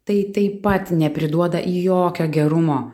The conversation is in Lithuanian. tai taip pat nepriduoda jokio gerumo